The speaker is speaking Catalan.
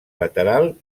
lateral